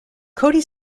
cody